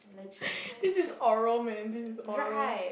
this is oral man this is oral